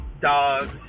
dogs